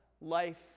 life